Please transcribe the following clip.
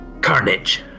carnage